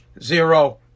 Zero